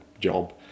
job